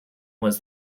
was